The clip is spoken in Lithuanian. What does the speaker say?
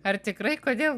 ar tikrai kodėl